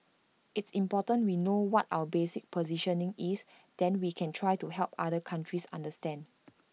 it's important we know what our basic positioning is then we can try to help other countries understand